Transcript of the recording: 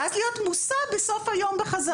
ואז להיות מוסע בסוף היום בחזרה.